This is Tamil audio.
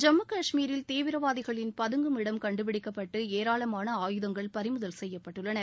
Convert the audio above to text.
ஜம்மு கஷ்மீரில் தீவிரவாதிகளின் பதுங்கும் இடம் கண்டுபிடிக்கப்பட்டு ஏராளமான ஆயுதங்கள் பறிமுதல் செய்யப்பட்டுள்ளன